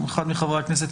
אחד מחברי הכנסת,